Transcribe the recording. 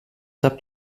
habt